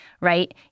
right